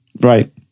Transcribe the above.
Right